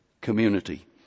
community